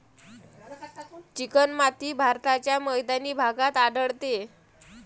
चिकणमाती भारताच्या मैदानी भागात आढळते